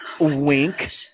Wink